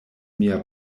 mia